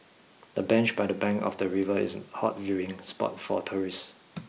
the bench by the bank of the river is a hot viewing spot for tourists